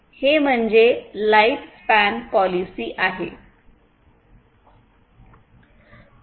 हे म्हणजे life span policy आहे